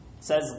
says